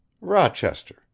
Rochester